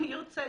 ירצה,